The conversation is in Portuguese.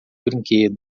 brinquedo